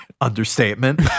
understatement